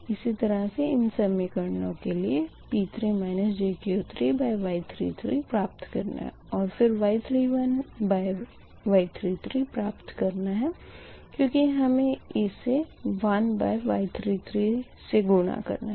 इसी तरह से इन समीकरणो के लिए P3 jQ3Y33 प्राप्त करना है फिर Y31Y33 प्राप्त करना है क्यूँकि हमें इसे 1Y33 से गुणा करना है